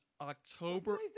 October